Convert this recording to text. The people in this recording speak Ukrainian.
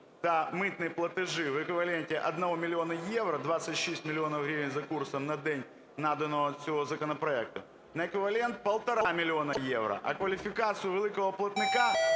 та митні платежі в еквіваленті 1 мільйона євро – 26 мільйонів гривень за курсом на день наданого цього законопроекту, на еквівалент півтора мільйона євро, а кваліфікацію великого платника,